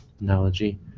analogy